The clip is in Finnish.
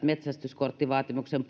metsästyskorttivaatimuksen